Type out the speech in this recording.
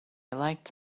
liked